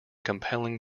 compelling